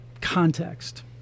context